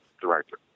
director